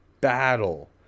battle